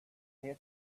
here